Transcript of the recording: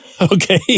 okay